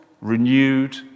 renewed